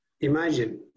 Imagine